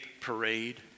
parade